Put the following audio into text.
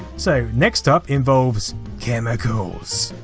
so next up involves chemicals.